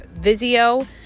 Vizio